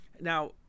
Now